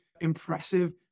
impressive